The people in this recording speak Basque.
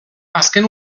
azken